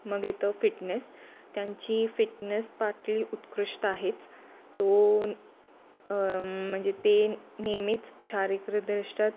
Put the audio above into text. मग येतो फिटनेस त्यांची फिटनेस पातळी उत्कृष्ट आहेच तो म्हणजे ते नेहमीच शारीरिकदृष्ट्यात